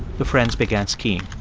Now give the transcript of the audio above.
the friends began skiing